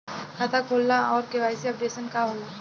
खाता खोलना और के.वाइ.सी अपडेशन का होला?